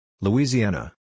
Louisiana